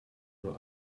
nur